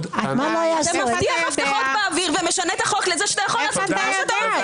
מדובר בחוקי יסוד או בחקיקות שהתקבלו בעת משבר של החברה.